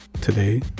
today